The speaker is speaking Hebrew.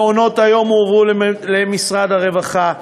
מעונות היום הועברו למשרד הרווחה.